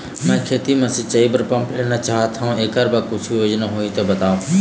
मैं खेती म सिचाई बर पंप लेना चाहत हाव, एकर बर कुछू योजना होही त बताव?